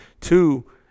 Two